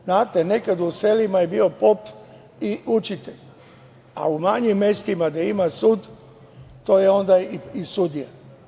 Znate, nekada je u selima bio pop i učitelj, a u manjim mestima gde ima sud to je onda i sudija.